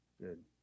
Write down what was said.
good